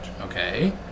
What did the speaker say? Okay